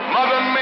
Mother